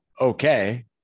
okay